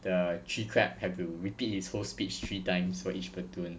the chief crab have to repeat his whole speech three times for each platoon